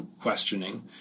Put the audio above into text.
questioning